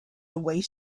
await